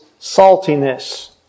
saltiness